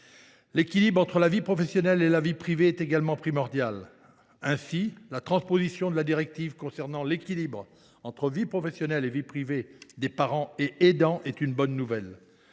L’équilibre entre la vie professionnelle et la vie privée est également primordial. Ainsi, la transposition de la directive concernant l’équilibre entre vie professionnelle et vie privée des parents et des aidants est une bonne nouvelle.